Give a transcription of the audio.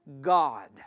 God